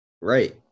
right